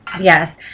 Yes